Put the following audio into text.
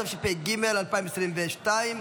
התשפ"ג 2022,